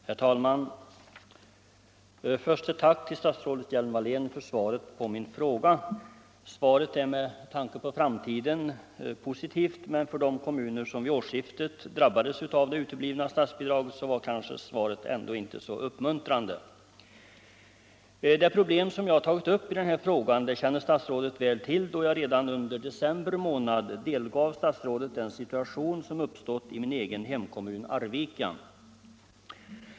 Herr talman! Först ett tack till statsrådet Hjelm-Wallén för svaret på min fråga. Svaret är med tanke på framtiden positivt. Men för de kommuner som vid årsskiftet drabbades av det uteblivna statsbidraget var svaret ändå inte så uppmuntrande. Det problem jag tar upp i frågan känner statsrådet väl till, då jag redan under december månad delgav statsrådet den situation som uppstått i min egen hemkommun Arvika.